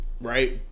right